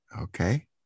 Okay